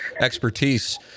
expertise